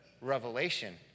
Revelation